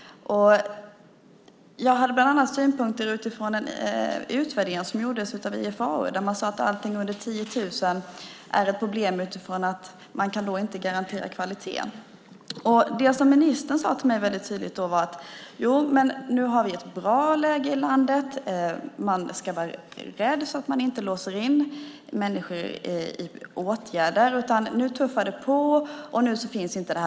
Jag hade bland annat synpunkter utifrån en utvärdering som gjordes av IFAU där man sade att allting under 10 000 är ett problem eftersom man då inte kan garantera kvaliteten. Då sade ministern väldigt tydligt till mig att vi hade ett bra läge i landet, att man skulle vara rädd så att man inte låser in åtgärder, att det tuffade på och det här behovet inte fanns.